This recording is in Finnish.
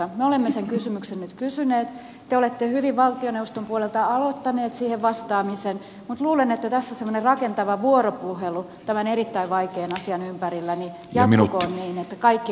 me olemme sen kysymyksen nyt kysyneet te olette hyvin valtioneuvoston puolelta aloittaneet siihen vastaamisen mutta luulen että tässä semmoinen rakentava vuoropuhelu tämän erittäin vaikean asian ympärillä jatkukoon niin että kaikki kantavat osansa